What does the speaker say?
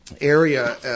area